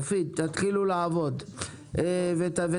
מופיד, תתחילו לעבוד ותקבלו.